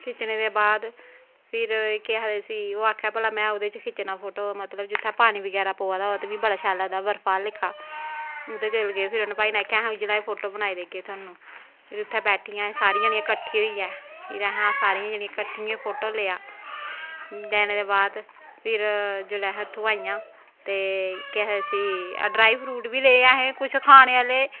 खिच्चने दे बाद फिर केह् आखदे उसी ओह् आक्खै भला में ओह्दे च खिच्चना फोटो मतलब जित्थें पानी बगैरा पवै दा होऐ ते मिगी बड़ा शैल लगदा बर्फ आह्ला लेखा ओह्दे कोल गे ते फिर भाई ने आखेआ उऐ जेह् फोटो बनाई देगे तोआनू फिर उत्थें बैठियां अस सारियां जनियां कट्ठियां होइयै फिर असें सारियें जनियें कट्ठियें फोटो लेआ लैने दे बाद फिर जिल्लै अस उत्थूं आइयां ते केह् आखदे उसी कोई ड्राई फ्रूट बी ले असें कुछ खाने आह्ले